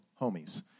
homies